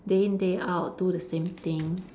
day in day out do the same thing